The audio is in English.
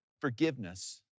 forgiveness